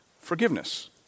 forgiveness